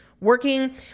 working